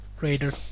Raider